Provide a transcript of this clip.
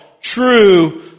true